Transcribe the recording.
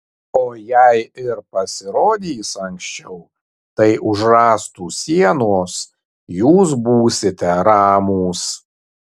o jei ir pasirodys anksčiau tai už rąstų sienos jūs būsite ramūs